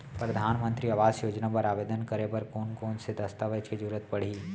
परधानमंतरी आवास योजना बर आवेदन करे बर कोन कोन से दस्तावेज के जरूरत परही?